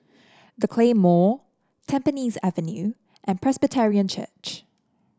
The Claymore Tampines Avenue and Presbyterian Church